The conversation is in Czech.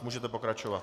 Můžete pokračovat.